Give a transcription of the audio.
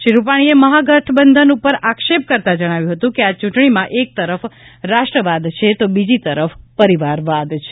શ્રી રૂપાણીએ મહાગઠબંધન ઉપર આક્ષેપ કરતાં જણાવ્યું હતું કે આ ચૂંટણીમાં એક તરફ રાષ્ટ્રવાદ છે તો બીજી તરફ પરિવારવાદ છે